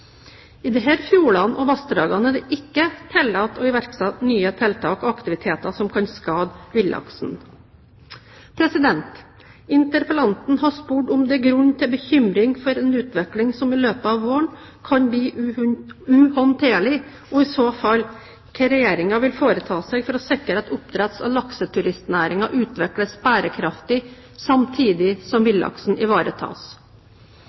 I disse fjordene og vassdragene er det ikke tillatt å iverksette nye tiltak og aktiviteter som kan skade villaksen. Interpellanten har spurt om det er grunn til bekymring for en utvikling som i løpet av våren kan bli uhåndterlig, og i så fall hva Regjeringen vil foreta seg for å sikre at oppdretts- og lakseturistnæringen utvikles bærekraftig samtidig som villaksen ivaretas.